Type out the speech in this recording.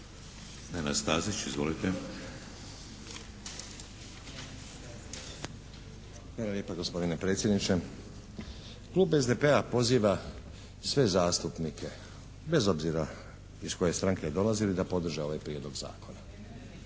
Nenad (SDP)** Hvala lijepa gospodine predsjedniče. Klub SDP-a poziva sve zastupnike bez obzira iz koje stranke dolazili da podrže ovaj prijedlog zakona.